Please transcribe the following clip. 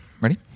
Ready